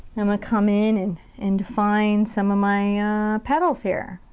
i'm gonna come in and and define some of my petals here.